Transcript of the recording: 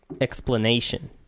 explanation